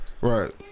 Right